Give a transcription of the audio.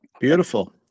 Beautiful